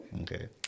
Okay